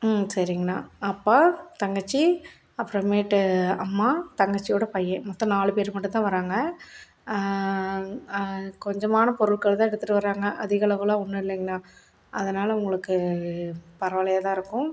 ம் சரிங்கண்ணா அப்பா தங்கச்சி அப்புறமேட்டு அம்மா தங்கச்சியோடய பையன் மொத்தம் நாலு பேர் மட்டும்தான் வர்றாங்க கொஞ்சமான பொருட்கள்தான் எடுத்துகிட்டு வர்றாங்க அதிகளவுலாம் ஒன்றும் இல்லேங்கண்ணா அதனாலே உங்களுக்கு பரவாயில்லையாகதான் இருக்கும்